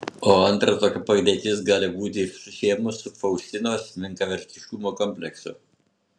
o antra tokia padėtis gali būti siejama su faustinos menkavertiškumo kompleksu